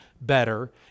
better